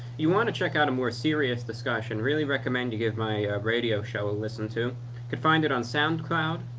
you want to check out a more serious discussion? really recommend you give my radio show a listen to could find it on soundcloud.